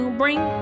bring